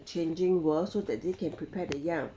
changing world so that they can prepare the young